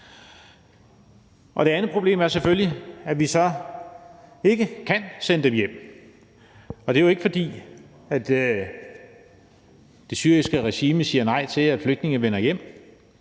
Det andet problem er selvfølgelig, at vi så ikke kan sende dem hjem, og det er jo ikke, fordi det syriske regime siger nej til, at flygtninge vender hjem.